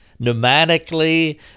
pneumatically